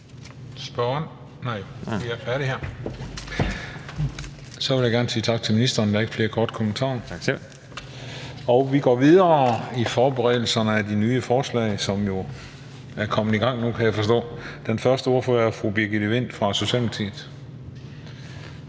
ministeren. Der er ikke flere korte bemærkninger. Og vi går videre i forberedelserne af de nye forslag, som jo er kommet i gang nu, kan jeg forstå. Den første ordfører er fru Birgitte Vind fra Socialdemokratiet.